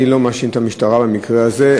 אני לא מאשים את המשטרה במקרה הזה,